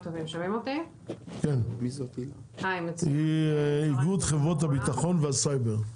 רוזנברג, איגוד חברות הבטחון והסייבר.